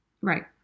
right